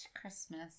Christmas